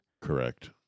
Correct